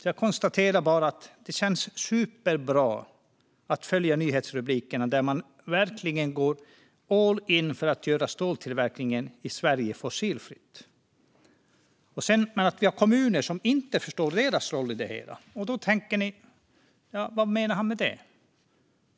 Jag konstaterar bara att det känns superbra att följa nyhetsrubrikerna - man går verkligen all-in för att göra ståltillverkning i Sverige fossilfri. Sedan har vi kommuner som inte förstår sin roll i det hela. Då tänker ni: Vad menar han med det?